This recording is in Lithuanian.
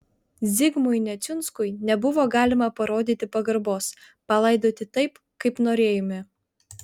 zigmui neciunskui nebuvo galima parodyti pagarbos palaidoti taip kaip norėjome